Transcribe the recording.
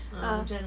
a'ah hujan ah